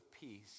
peace